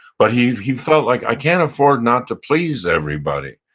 but he he felt like, i can't afford not to please everybody,